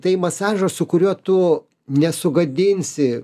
tai masažas su kuriuo tu nesugadinsi